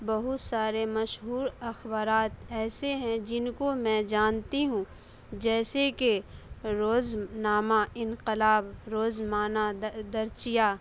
بہت سارے مشہور اخبارات ایسے ہیں جن کو میں جانتی ہوں جیسے کہ روزنامہ انقلاب روزنانہ درچیہ